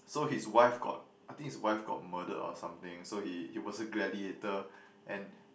so his wife got I think his wife got murdered or something so he he was a gladiator and